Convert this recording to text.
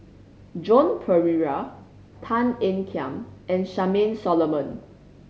Joan Pereira Tan Ean Kiam and Charmaine Solomon